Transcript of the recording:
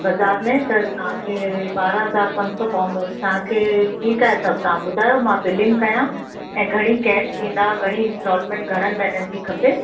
बाज़ारि में त तव्हांखे ॿारहं हज़ार पंज सौ पवंदो तव्हांखे ठीकु आहे त तव्हां ॿुधायो मां बिलिंग कया ऐं घणी कैश ॾींदा घणी इंस्टॉलमेंट घणनि महीननि जी खपे